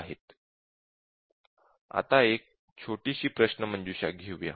आता एक छोटीशी प्रश्नमंजुषा घेऊया